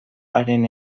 haren